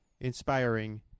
inspiring